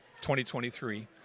2023